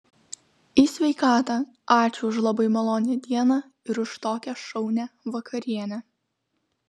į sveikatą ačiū už labai malonią dieną ir už tokią šaunią vakarienę